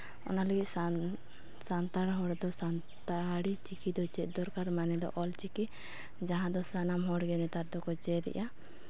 ᱚᱱᱟ ᱞᱟᱹᱜᱤᱫ ᱥᱟᱱᱛᱟᱲ ᱦᱚᱲ ᱫᱚ ᱥᱟᱱᱛᱟᱲᱤ ᱪᱤᱠᱤ ᱫᱚ ᱪᱮᱫ ᱫᱚᱨᱠᱟᱨ ᱢᱟᱱᱮ ᱫᱚ ᱚᱞᱪᱤᱠᱤ ᱡᱟᱦᱟᱸ ᱫᱚ ᱥᱟᱱᱟᱢ ᱦᱚᱲᱜᱮ ᱱᱮᱛᱟᱨ ᱫᱚᱠᱚ ᱪᱮᱫ ᱮᱜᱼᱟ